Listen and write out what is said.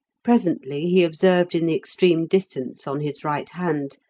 presently he observed in the extreme distance, on his right hand,